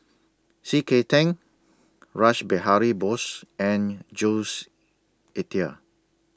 C K Tang Rash Behari Bose and Jules Itier